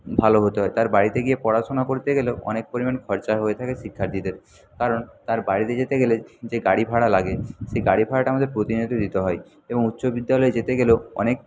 ভালো হতে হয় তার বাড়িতে গিয়ে পড়াশুনা করতে গেলেও অনেক পরিমাণ খরচা হয়ে থাকে শিক্ষার্থীদের কারণ তার বাড়িতে যেতে গেলে যে গাড়ি ভাড়া লাগে সে গাড়ি ভাড়াটা আমাদের প্রতিনিয়ত দিতে হয় এবং উচ্চ বিদ্যালয়ে যেতে গেলেও অনেক